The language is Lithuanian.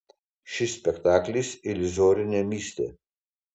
šis spektaklis iliuzorinė mįslė